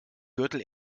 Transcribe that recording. gürtel